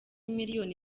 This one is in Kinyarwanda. miliyoni